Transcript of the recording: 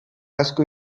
asko